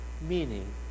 meaning